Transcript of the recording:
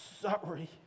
sorry